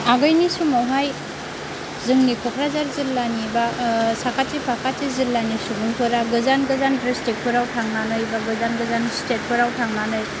आगोलनि समावहाय जोंनि कक्राझार जिल्लानि बा साखाथि फाखाथि जिल्लानि सुबुंफोराबो गोजान गोजान ड्रिस्ट्रिक्ट फोराव थांनानै बा गोजान गोजान स्टेट फोराव थांनानै